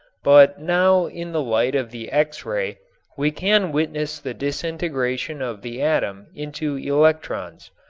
but now in the light of the x-ray we can witness the disintegration of the atom into electrons.